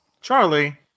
charlie